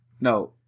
No